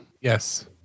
Yes